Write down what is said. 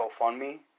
GoFundMe